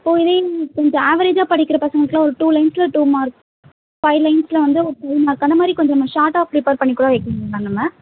so இதே கொஞ்சம் ஆவெரேஜாக படிக்கிற பசங்களுக்கெலாம் ஒரு டூ லைன்ஸில் டூ மார்க் ஃபைவ் லைன்ஸில் வந்து ஒரு ஃபைவ் மார்க் அந்த மாதிரி கொஞ்சம் நம்ம ஷார்ட்டாக பிரிப்பர் பண்ணிக் கூட வைக்கலாம்ல நம்ம